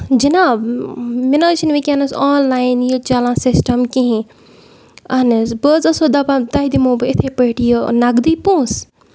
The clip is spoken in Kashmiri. جِناب مےٚ نہ حظ چھُ نہٕ ؤنکینس آن لاین یہِ چلان سِسٹم کِہینۍ اہَن حظ بہٕ حظ ٲسٕس دَپان تۄہہِ دِمو بہٕ اِتھٕے پٲٹھۍ یہِ نَقدٕے پونسہٕ